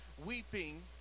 Weeping